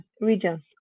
regions